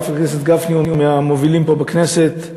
חבר הכנסת גפני הוא מהמובילים פה בכנסת,